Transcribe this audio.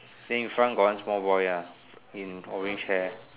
then in front got one small boy ah in orange hair